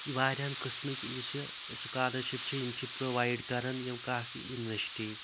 وارِیاہَن قٕسمٕکۍ یُس یہِ سُکالَرشِپ چھُ یِم چھِ پرٛووایِڈ کَران یِم کافی یونِیورسٹی